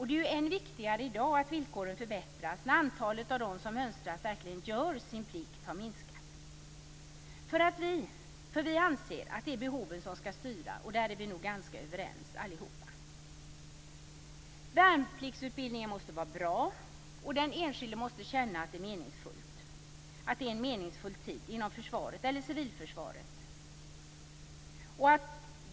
Det är än viktigare i dag att villkoren förbättras när det antal av dem som mönstrat som verkligen gör sin plikt har minskat. Vi anser att det är behoven som ska styra, och där är vi nog ganska överens, allihop. Värnpliktsutbildningen måste vara bra, och den enskilda måste känna att det är en meningsfull tid inom försvaret eller civilförsvaret.